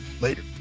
Later